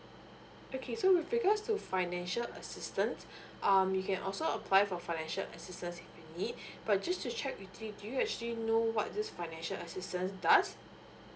okay so with regards to financial assistance um you can also apply for financial assistance if you need but just to check with you do you actually know what this financial assistance does